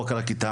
או רק על הכיתה,